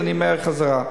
אז אני מעיר חזרה.